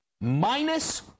Minus